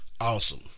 awesome